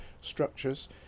structures